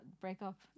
breakup